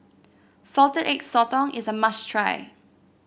Salted Egg Sotong is a must try